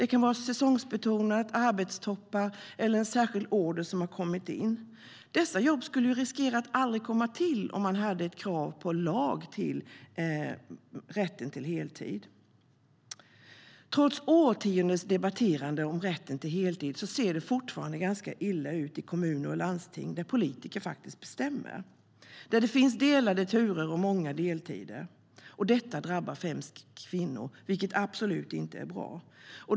Det kan vara säsongsbetonat, arbetstoppar eller en särskild order som har kommit in. Dessa jobb skulle riskera att aldrig komma till om det fanns en lag om rätten till heltid. Trots årtionden av debatterande om rätten till heltid ser det fortfarande ganska illa ut i kommuner och landsting, där politiker faktiskt bestämmer. Där finns delade turer och många deltider. Detta drabbar främst kvinnor, vilket absolut inte är bra.